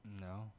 No